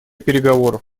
переговоров